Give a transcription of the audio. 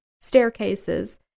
staircases